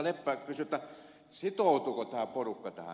leppä kysyi sitoutuuko tämä porukka tähän